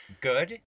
good